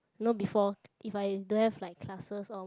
you know before if I don't have like classes or